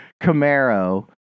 Camaro